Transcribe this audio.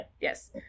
Yes